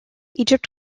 egypt